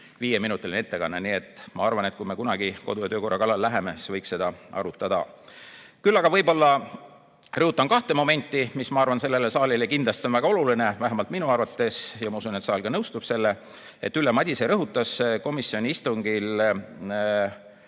viieminutiline ettekanne. Nii et ma arvan, et kui me kunagi kodu‑ ja töökorra kallale läheme, siis võiks seda arutada. Küll aga võib-olla rõhutan kahte momenti, mis, ma arvan, sellele saalile kindlasti on väga oluline, vähemalt minu arvates ja ma usun, et ka saal nõustub sellega. Ülle Madise rõhutas komisjoni istungil,